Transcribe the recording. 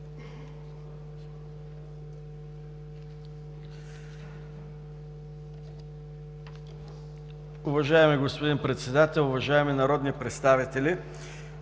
Уважаеми господин Председател, уважаеми народни представители!